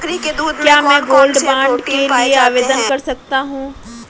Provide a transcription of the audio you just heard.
क्या मैं gold bond के लिए आवेदन कर सकता हूं?